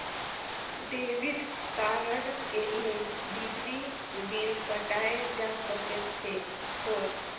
Debit card ले बिजली bill पटाय जा सकथे कौन?